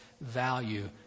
value